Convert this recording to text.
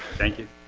thank you